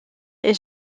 est